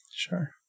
Sure